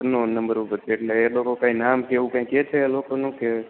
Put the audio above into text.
unknown number ઉપરથી એટલે એ લોકો કાઈ નામ કે એવું કઈ કે છે એ લોકોનું કે